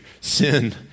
sin